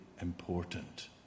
important